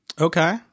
Okay